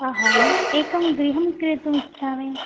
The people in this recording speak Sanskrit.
अहम् एकं गृहं क्रेतुमिच्छामि